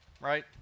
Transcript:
right